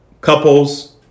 couples